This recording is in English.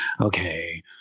okay